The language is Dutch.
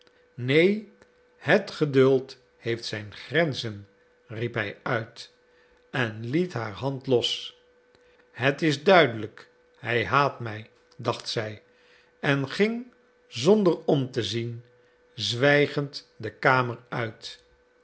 neen het geduld heeft zijn grenzen riep hij uit en liet haar hand los het is duidelijk hij haat mij dacht zij en ging zonder om te zien zwijgend de kamer uit